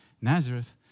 Nazareth